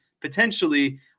potentially